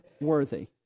worthy